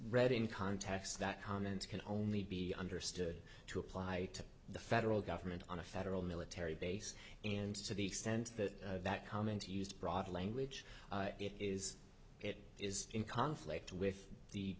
read in context that comments can only be understood to apply to the federal government on a federal military base and to the extent that that comments used broad language it is it is in conflict with the